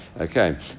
Okay